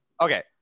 Okay